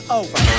over